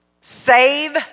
Save